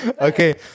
Okay